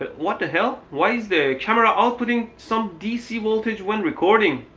but what the hell? why is the camera outputting some dc voltage when recording?